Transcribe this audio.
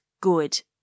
good